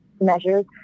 measures